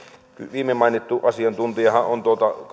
viime mainittu asiantuntijahan on